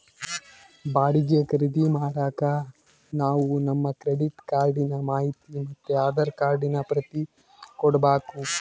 ಬಾಡಿಗೆ ಖರೀದಿ ಮಾಡಾಕ ನಾವು ನಮ್ ಕ್ರೆಡಿಟ್ ಕಾರ್ಡಿನ ಮಾಹಿತಿ ಮತ್ತೆ ಆಧಾರ್ ಕಾರ್ಡಿನ ಪ್ರತಿ ಕೊಡ್ಬಕು